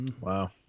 wow